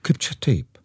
kaip čia taip